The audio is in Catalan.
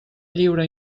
lliure